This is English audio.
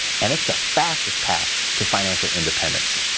and it's the fastest path to financial independence.